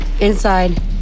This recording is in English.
Inside